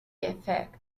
effect